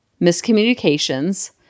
miscommunications